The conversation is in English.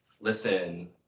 Listen